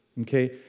Okay